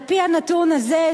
על-פי הנתון הזה,